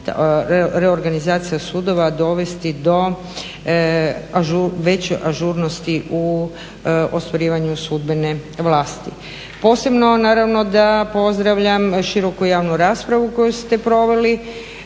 reorganizacija sudova dovesti do veće ažurnosti u ostvarivanju sudbene vlasti. Posebno, naravno da pozdravljam široku javnu raspravu koju ste proveli,